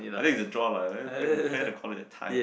I think it's a draw lah fair to call it a tie